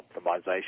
optimization